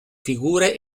figure